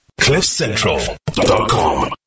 Cliffcentral.com